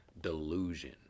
delusion